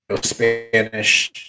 Spanish